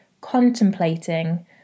Contemplating